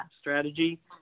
strategy